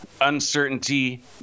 uncertainty